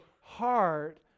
heart